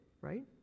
right